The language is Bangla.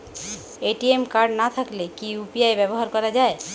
এ.টি.এম কার্ড না থাকলে কি ইউ.পি.আই ব্যবহার করা য়ায়?